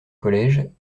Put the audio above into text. collèges